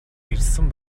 ирсэн